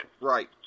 right